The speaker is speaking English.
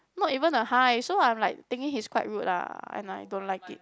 not even a hi so I'm like thinking he's quite rude ah and I don't like it